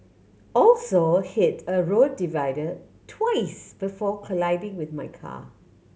also hit a road divider twice before colliding with my car